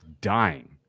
dying